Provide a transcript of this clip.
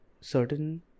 certain